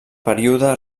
període